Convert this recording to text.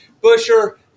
Busher